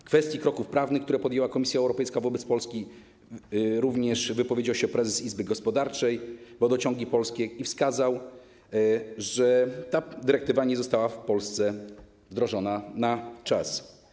W kwestii kroków prawnych, które podjęła Komisja Europejska wobec Polski, wypowiedział się również prezes Izby Gospodarczej ˝Wodociągi Polskie˝ i wskazał, że ta dyrektywa nie została w Polsce wdrożona na czas.